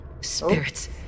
Spirits